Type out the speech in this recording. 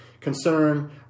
concern